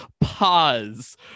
pause